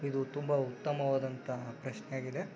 ಇದು ತುಂಬ ಉತ್ತಮವಾದಂತಹ ಪ್ರಶ್ನೆಯಾಗಿದೆ